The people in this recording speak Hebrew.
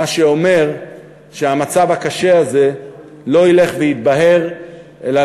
מה שאומר שהמצב הקשה הזה לא ילך ויתבהר אלא,